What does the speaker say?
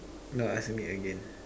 no ask me again